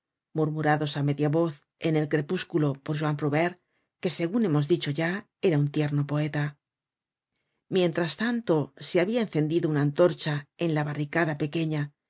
murmurados á media voz en el crepúsculo por juan provaire que segun hemos dicho ya era un tierno poeta mientras tanto se habia encendido una antorcha en la barricada pequeña